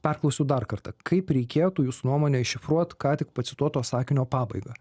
perklausiu dar kartą kaip reikėtų jūsų nuomone iššifruot ką tik pacituoto sakinio pabaigą